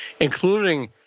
including